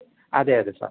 അതെ അതെ സാർ